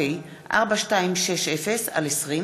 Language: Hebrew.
פ/4260/20,